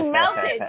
Melted